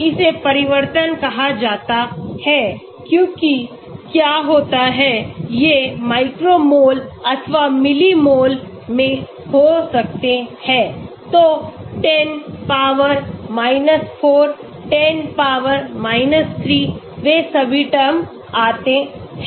इसे परिवर्तन कहा जाता है क्योंकि क्या होता है ये micromole अथवा millimole में हो सकते हैं तो 10 power 4 10 power 3 वे सभी टर्म आते हैं